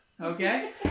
Okay